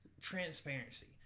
Transparency